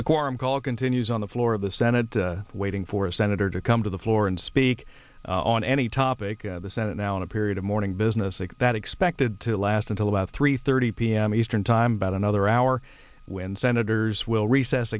quorum call continues on the floor of the senate waiting for a senator to come to the floor and speak on any topic of the senate now in a period of morning business is that expected to last until about three thirty p m eastern time about another hour when senators will recess